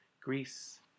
Greece